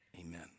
Amen